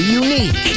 unique